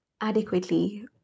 adequately